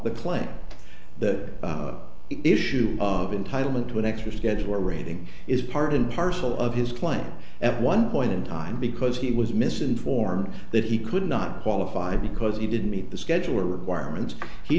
the claim that issue of entitle him to an extra schedule rating is part and parcel of his claim at one point in time because he was misinformed that he could not qualify because he didn't meet the schedule requirements he